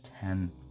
ten